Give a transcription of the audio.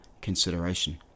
consideration